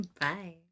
Bye